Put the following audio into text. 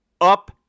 up